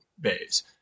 bays